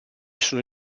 sono